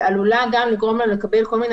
ועלולה לגרום להם גם לקבל כל מיני